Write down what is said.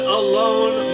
alone